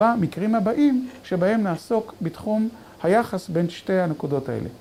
במקרים הבאים שבהם נעסוק בתחום היחס בין שתי הנקודות האלה.